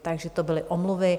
Takže to byly omluvy.